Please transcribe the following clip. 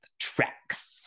tracks